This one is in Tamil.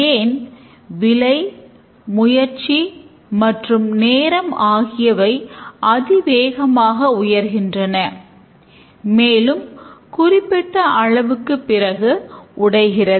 ஏன் விலை முயற்சி மற்றும் நேரம் ஆகியவை அதிவேகமாக உயர்கின்றன மேலும் குறிப்பிட்ட அளவுக்குப் பிறகு உடைகிறது